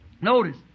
notice